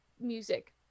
music